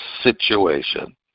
situation